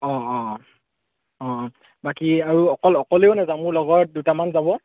অঁ অঁ অঁ বাকী আৰু অকল অকলেও নাযাওঁ মোৰ লগৰ দুটামান যাব